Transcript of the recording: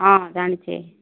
ହଁ ଜାଣିଛି